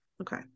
Okay